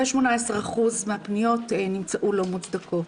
ו-18% מהפניות נמצאו לא מוצדקות.